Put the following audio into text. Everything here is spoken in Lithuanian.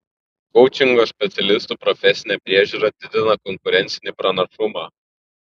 koučingo specialistų profesinė priežiūra didina konkurencinį pranašumą